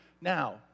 Now